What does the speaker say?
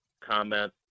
comment